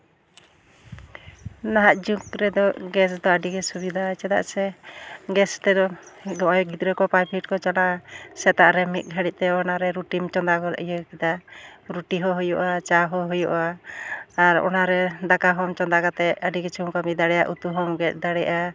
ᱱᱟᱦᱟᱜ ᱡᱩᱜᱽ ᱨᱮᱫᱚ ᱜᱮᱥ ᱫᱚ ᱟᱹᱰᱤ ᱜᱮ ᱥᱩᱵᱤᱫᱷᱟᱣᱟ ᱪᱮᱫᱟᱜ ᱥᱮ ᱜᱮᱥ ᱛᱮᱫᱚ ᱱᱚᱜᱼᱚᱭ ᱜᱤᱫᱽᱨᱟᱹ ᱠᱚ ᱯᱨᱟᱭᱵᱷᱮᱴ ᱠᱚᱠᱚ ᱪᱟᱞᱟᱜᱼᱟ ᱥᱮᱛᱟᱜ ᱨᱮ ᱢᱤᱫ ᱜᱷᱟᱹᱲᱤᱡᱛᱮ ᱚᱱᱟᱨᱮ ᱨᱩᱴᱤᱢ ᱪᱚᱸᱫᱟ ᱜᱚᱫ ᱤᱭᱟᱹ ᱠᱮᱫᱟ ᱨᱩᱴᱤ ᱦᱚᱸ ᱦᱩᱭᱩᱜᱼᱟ ᱪᱟ ᱦᱚᱸ ᱦᱩᱭᱩᱜᱼᱟ ᱟᱨ ᱚᱱᱟ ᱨᱮ ᱫᱟᱠᱟ ᱦᱚᱸ ᱪᱚᱸᱫᱟ ᱠᱟᱛᱮ ᱟᱹᱰᱤ ᱠᱤᱪᱷᱩᱢ ᱫᱟᱲᱭᱟᱜ ᱩᱛᱩ ᱦᱚᱸᱢ ᱜᱮᱫ ᱫᱟᱲᱭᱟᱜᱼᱟ